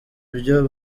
ibyo